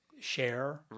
share